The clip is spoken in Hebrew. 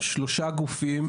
שלושה גופים,